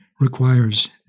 requires